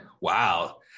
wow